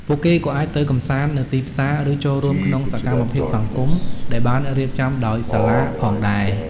ពួកគេក៏អាចទៅកម្សាន្តនៅទីផ្សារ ឬចូលរួមក្នុងសកម្មភាពសង្គមដែលបានរៀបចំដោយសាលាផងដែរ។